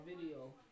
video